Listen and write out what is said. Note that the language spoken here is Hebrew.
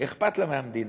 אכפת לה מהמדינה,